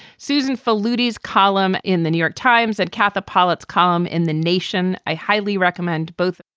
susan faludi's column in the new york times and katha pollitt column in the nation. i highly recommend both.